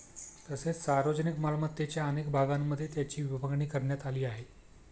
तसेच सार्वजनिक मालमत्तेच्या अनेक भागांमध्ये त्याची विभागणी करण्यात आली आहे